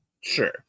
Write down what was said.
sure